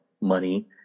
money